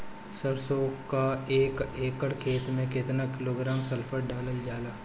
सरसों क एक एकड़ खेते में केतना किलोग्राम सल्फर डालल जाला?